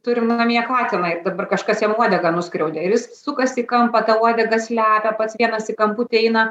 turim namie katiną ir dabar kažkas jam uodegą nuskriaudė ir jis sukasi į kampą uodegą slepia pats vienas į kamputį eina